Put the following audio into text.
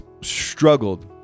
struggled